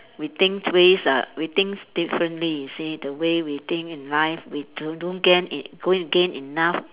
we think ways uh we think differently you see the way we think in life we don't don't gain it going to gain enough